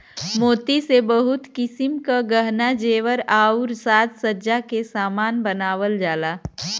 मोती से बहुत किसिम क गहना जेवर आउर साज सज्जा के बहुत सामान बनावल जाला